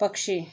पक्षी